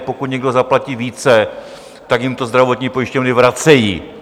Pokud někdo zaplatí více, tak jim to zdravotní pojišťovny vracejí.